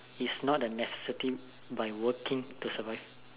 is not a necessity by working to survive